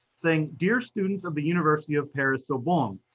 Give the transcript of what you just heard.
saying, dear students of the university of paris, sorbonne,